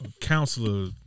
counselor